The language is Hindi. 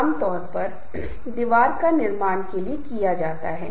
संगठनात्मक लक्ष्य से उनका कोई लेना देना नहीं है